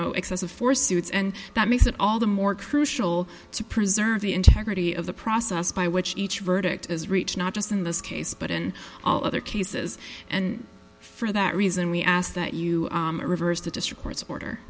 know excessive force suits and that makes it all the more crucial to preserve the integrity of the process by which each verdict is reached not just in this case but in all other cases and for that reason we ask that you reverse the district court's order